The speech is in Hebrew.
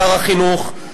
שר החינוך,